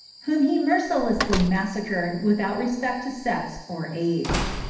whom he mercilessly massacred without respect to sex or age.